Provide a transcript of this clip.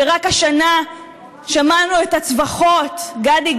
שרק השנה שמענו את הצווחות: גדי,